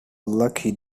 lucky